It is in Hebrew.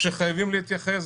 שחייבים להתייחס,